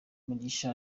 mugisha